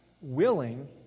willing